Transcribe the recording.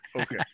okay